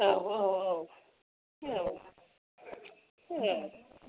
औ औ औ औ औ